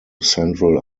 central